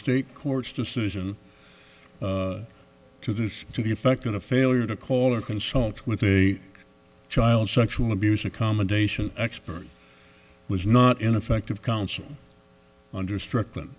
state court's decision to this to the effect of a failure to call or consult with a child sexual abuse accommodation expert was not in effect of counsel under strickland